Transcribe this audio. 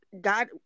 god